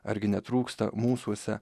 argi netrūksta mūsuose